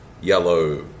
yellow